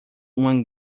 uma